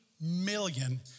million